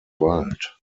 wald